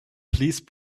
please